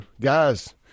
guys